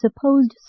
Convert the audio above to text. supposed